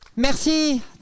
Merci